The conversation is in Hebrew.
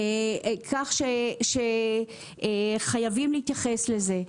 כך שחייבים להתייחס לזה.